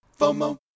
FOMO